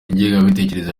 ingengabitekerezo